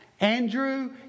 Andrew